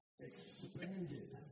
expanded